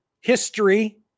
history